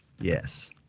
Yes